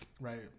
right